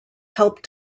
helped